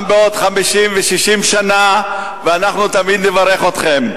גם בעוד 50 ו-60 שנה ואנחנו תמיד נברך אתכן.